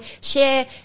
share